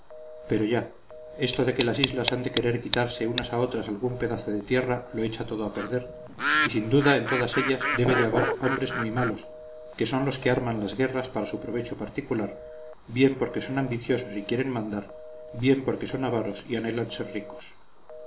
pero ya esto de que las islas han de querer quitarse unas a otras algún pedazo de tierra lo echa todo a perder y sin duda en todas ellas debe de haber hombres muy malos que son los que arman las guerras para su provecho particular bien porque son ambiciosos y quieren mandar bien porque son avaros y anhelan ser ricos